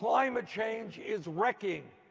climate change is wrecking.